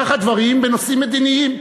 כך הדברים בנושאים מדיניים.